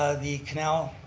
ah the canal,